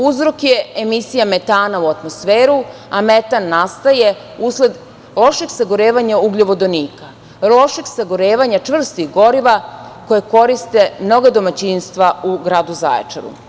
Uzrok je emisija metana u atmosferu, a metan nastaje usled lošeg sagorevanja ugljovodonika, lošeg sagorevanja čvrstih goriva koje koriste mnoga domaćinstva u gradu Zaječaru.